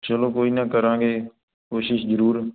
ਚਲੋ ਕੋਈ ਨਾ ਕਰਾਂਗੇ ਕੋਸ਼ਿਸ਼ ਜਰੂਰ